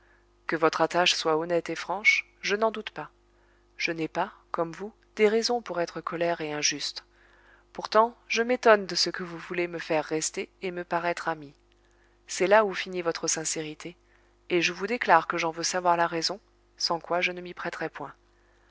que votre attache soit honnête et franche je n'en doute pas je n'ai pas comme vous des raisons pour être colère et injuste pourtant je m'étonne de ce que vous voulez me faire rester et me paraître amie c'est là où finit votre sincérité et je vous déclare que j'en veux savoir la raison sans quoi je ne m'y prêterai point